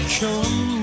come